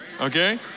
Okay